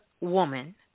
woman